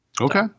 Okay